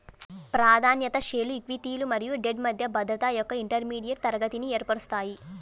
ప్రాధాన్యత షేర్లు ఈక్విటీలు మరియు డెట్ మధ్య భద్రత యొక్క ఇంటర్మీడియట్ తరగతిని ఏర్పరుస్తాయి